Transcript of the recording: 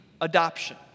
adoption